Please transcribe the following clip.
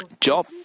Job